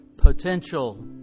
potential